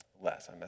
Less